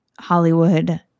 Hollywood